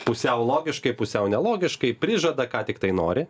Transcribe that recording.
pusiau logiškai pusiau nelogiškai prižada ką tiktai nori